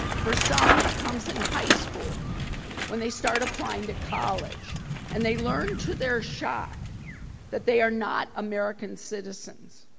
for some it comes in high school when they start applying to college and they learn to their shock that they are not american citizens.